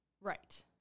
Right